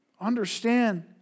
Understand